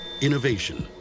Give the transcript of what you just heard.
Innovation